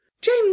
Jane